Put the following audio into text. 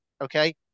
Okay